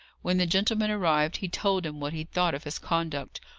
when the gentleman arrived, he told him what he thought of his conduct,